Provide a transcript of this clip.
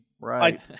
Right